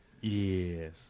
Yes